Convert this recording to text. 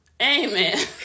Amen